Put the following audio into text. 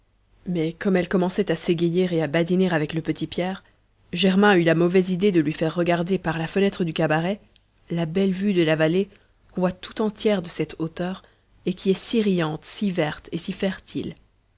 mais comme elle commençait à s'égayer et à badiner avec le petit pierre germain eut la malheureuse idée de lui faire regarder par la fenêtre du cabaret la belle vue de la vallée qu'on voit tout entière de cette hauteur et qui est si riante si verte et si fertile